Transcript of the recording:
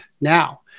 now